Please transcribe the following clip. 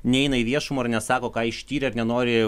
neina į viešumą ir nesako ką ištyrė ir nenori